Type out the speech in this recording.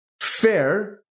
Fair